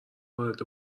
وارد